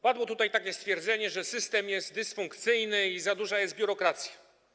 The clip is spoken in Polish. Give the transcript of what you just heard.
Padło tutaj stwierdzenie, że system jest dysfunkcyjny i że za duża jest biurokracja.